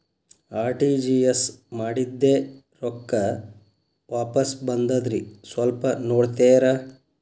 RTGS ಮಾಡಿದ್ದೆ ರೊಕ್ಕ ವಾಪಸ್ ಬಂದದ್ರಿ ಸ್ವಲ್ಪ ನೋಡ್ತೇರ?